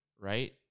Right